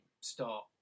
start